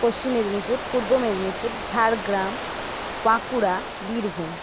Paschim Medinipur Purba Medinipur Jhargram Bankura Birbhum